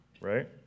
right